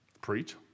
Preach